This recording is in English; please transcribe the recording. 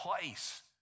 place